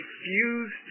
refused